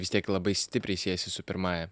vis tiek labai stipriai siejasi su pirmąja